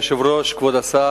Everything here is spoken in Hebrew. אדוני היושב-ראש, תודה, כבוד השר,